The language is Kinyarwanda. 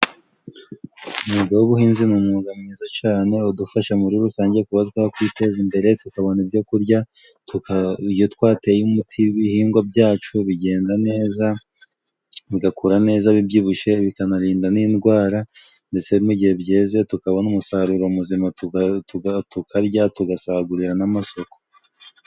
Umwuga w'ubuhinzi ni umwuga mwiza cane udufasha muri rusange kuba twakwiteza imbere tukabona ibyo kurya, tuka iyo twateye umuti ibihingwa byacu bigenda neza bigakura neza bibyibushe ,bikanarinda n'indwara ndetse mu gihe byeze tukabona umusaruro muzima tukarya tugasagurira n'amasoko.